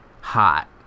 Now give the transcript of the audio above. hot